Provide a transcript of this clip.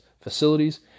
facilities